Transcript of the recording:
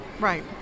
right